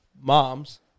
moms